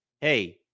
Hey